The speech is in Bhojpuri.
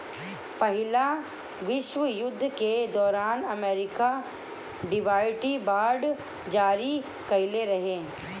पहिला विश्व युद्ध के दौरान अमेरिका लिबर्टी बांड जारी कईले रहे